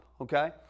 okay